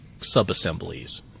sub-assemblies